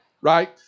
Right